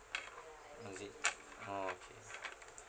oh is it orh okay